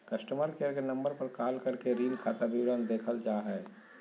customer care के number पर call करके ऋण खाता विवरण देखल जा हय